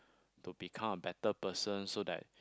to become a better person so that